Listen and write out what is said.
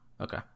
Okay